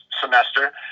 semester